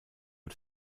mit